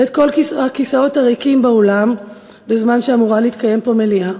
ואת כל הכיסאות הריקים באולם בזמן שאמורה להתקיים פה מליאה.